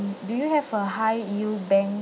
do you have a high yield bank